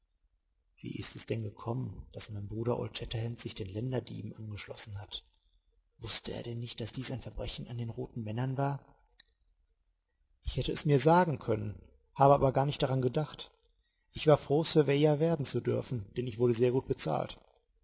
wie ist es denn gekommen daß mein bruder old shatterhand sich den länderdieben angeschlossen hat wußte er denn nicht daß dies ein verbrechen an den roten männern war ich hätte es mir sagen können habe aber gar nicht daran gedacht ich war froh surveyor werden zu dürfen denn ich wurde sehr gut bezahlt